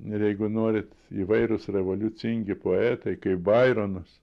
ir jeigu norit įvairūs revoliucingi poetai kaip baironas